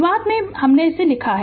शुरुआत में मैंने के लिए लिखा है